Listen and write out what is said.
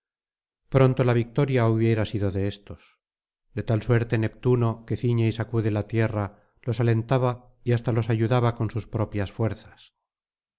pronto la victoria hubiera sido de éstos de tal suerte neptuno que ciñe y sacude la tierra los alentaba y hasta los ayudaba con sus propias fuerzas